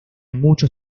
muchos